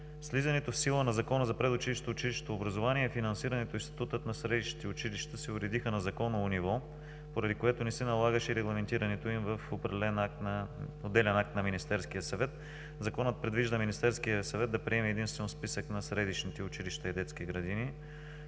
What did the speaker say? влизането в сила на Закона за предучилищното и училищното образование финансирането и статутът на средищните училища се уредиха на законово ниво, поради което не се налагаше регламентирането им в отделен акт на Министерския съвет. Законът предвижда Министерския съвет да приеме единствено списък на средищните училища и детските градини,